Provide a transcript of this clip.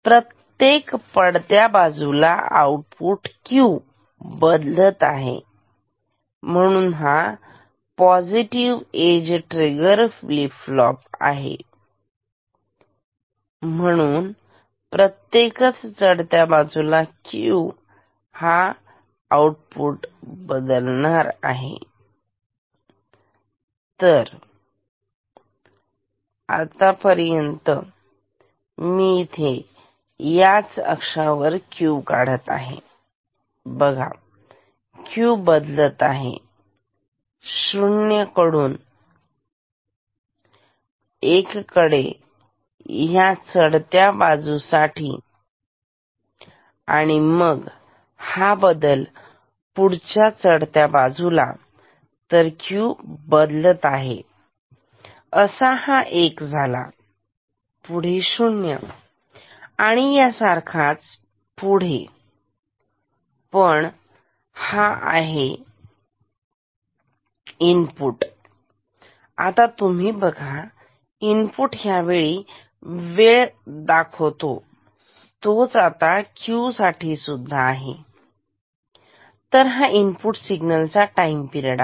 प्रत्येक झडत्या बाजूला आउटपुट क्यू बदलत आहे म्हणून हा positive edge trigger flip flop आहे म्हणून प्रत्येकच चढत्या बाजूला क्यू म्हणजे आउटपुट बदलेल तर आता मी इथे याच अक्षावर Q काढत आहे बघा Q हा बदलत आहे शून्य कडून एक कडे ह्या चढत्या बाजूसाठी आणि मग हा बदल पुढच्या चढत्या बाजूला तर Q बदलत आहे असा हा 1 झाला पुढे शून्य आणि या सारखाच पुढे पण तर हा आहे की हे इनपुट आहे आता तुम्ही बघा इनपुट ह्यावेळी वेळ होता तोच आता क्यू साठी सुद्धा आहे तर हा इनपुट सिग्नल चा टाईम पिरड आहे